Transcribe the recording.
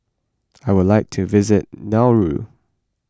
I would like to visit Nauru